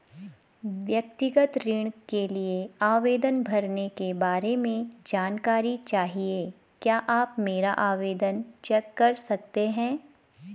व्यक्तिगत ऋण के लिए आवेदन भरने के बारे में जानकारी चाहिए क्या आप मेरा आवेदन चेक कर सकते हैं?